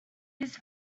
his